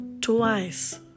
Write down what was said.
twice